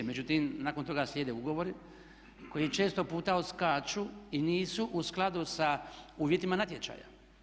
Međutim, nakon toga slijede ugovori koji često puta odskaču i nisu u skladu sa uvjetima natječaja.